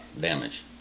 damage